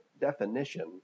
definition